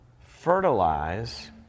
fertilize